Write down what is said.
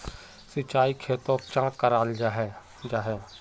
सिंचाई खेतोक चाँ कराल जाहा जाहा?